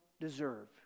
deserve